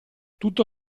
tutto